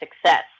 success